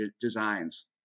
designs